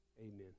Amen